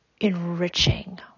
enriching